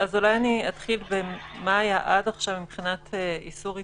אולי אני אתחיל במה היה עד עכשיו מבחינת איסור התקהלות.